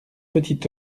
petit